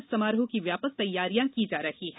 इस समारोह की व्यापक तैयारियां की जा रही हैं